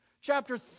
Chapter